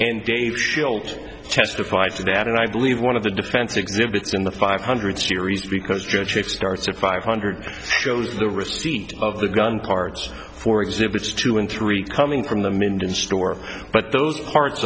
and gave schildt testified to that and i believe one of the defense exhibits in the five hundred series because judge which starts at five hundred shows the receipt of the gun parts for exhibits two and three coming from the minton store but those parts